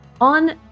on